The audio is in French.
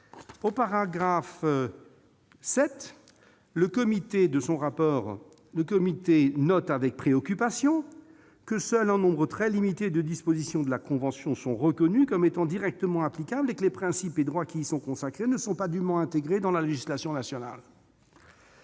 Au paragraphe 7, « le Comité note avec préoccupation que seul un nombre très limité de dispositions de la Convention sont reconnues comme étant directement applicables et que les principes et droits qui y sont consacrés ne sont pas dûment intégrés dans la législation nationale